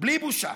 בלי בושה.